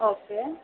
okay